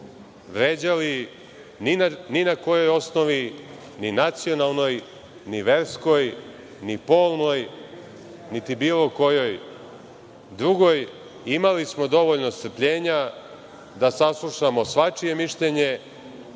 vređali, ni na kojoj osnovi, ni nacionalnoj, ni verskoj, ni polnoj, niti bilo kojoj drugoj. Imali smo dovoljno strpljenja da saslušamo svačije mišljenje